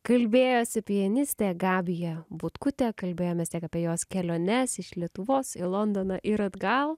kalbėjosi pianistė gabija butkutė kalbėjomės tiek apie jos keliones iš lietuvos į londoną ir atgal